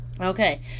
Okay